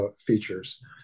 features